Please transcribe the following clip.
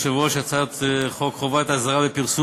כאשר את מרכיב המע"מ המדינה מקבלת.